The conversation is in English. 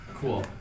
Cool